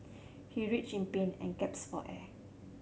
he writhed in pain and gaps for air